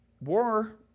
war